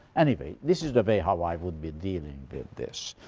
anyway, this is the way how i would be dealing with this.